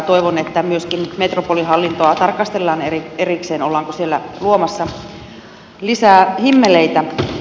toivon että myöskin metropolihallintoa tarkastellaan erikseen ollaanko siellä luomassa lisää himmeleitä